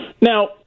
Now